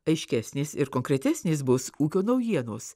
aiškesnės ir konkretesnės bus ūkio naujienos